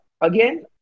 again